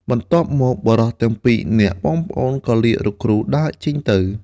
បន្ទាប់មក បុរសទាំងពីរនាក់បងប្អូនក៏លាលោកគ្រូដើរចេញទៅ។